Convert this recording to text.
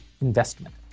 investment